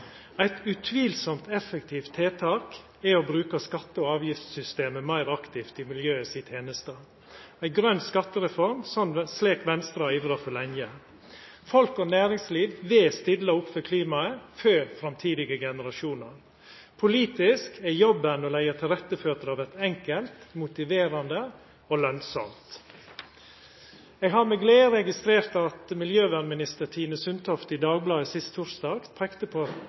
Eit utvilsamt effektivt tiltak er å bruka skatte- og avgiftssystemet meir aktivt i miljøet si teneste – ei grøn skattereform – slik Venstre har ivra for lenge. Folk og næringsliv vil stilla opp for klimaet for framtidige generasjonar. Politisk er jobben å leggja til rette for at det vert enkelt, motiverande og lønsamt. Eg har med glede registrert at miljøvernminister Tine Sundtoft i Dagbladet sist torsdag peikte på